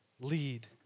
lead